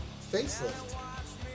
Facelift